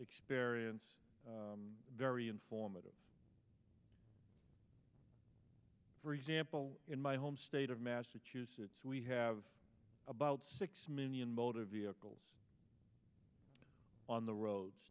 experience very informative for example in my home state of massachusetts we have about six million motor vehicles on the road